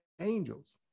angels